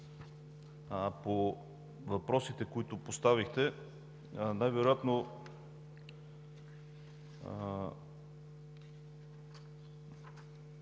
По въпросите, които поставихте. Най-вероятно